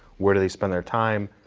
where do they spend their time?